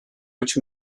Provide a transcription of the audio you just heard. which